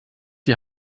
die